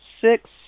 six